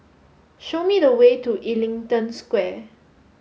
show me the way to Ellington Square